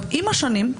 עם השנים,